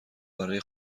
برای